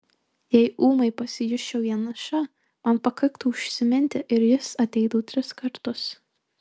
jei ūmai pasijusčiau vieniša man pakaktų užsiminti ir jis ateitų tris kartus